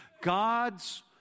God's